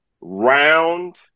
round